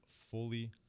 fully